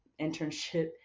internship